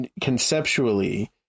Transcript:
conceptually